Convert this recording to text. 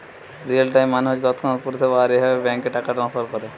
real time মানে হচ্ছে তৎক্ষণাৎ পরিষেবা আর এভাবে ব্যাংকে টাকা ট্রাস্নফার কোরে